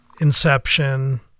Inception